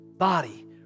Body